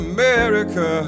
America